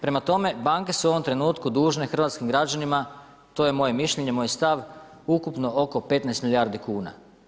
Prema tome, banke su u ovom trenutku hrvatskim građanima to je moje mišljenje, moj stav, ukupno oko 15 milijardi kuna.